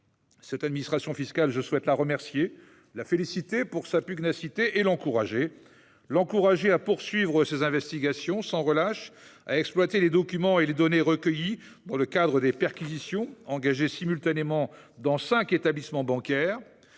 Cette administration fiscale, je souhaite la remercier, la féliciter pour sa pugnacité et l'encourager à poursuivre ses investigations sans relâche, à exploiter les documents et les données recueillis dans le cadre des perquisitions engagées, simultanément, dans cinq établissements bancaires